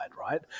right